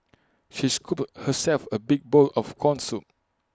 she scooped herself A big bowl of Corn Soup